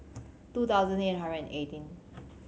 two thousand eight hundred eighteen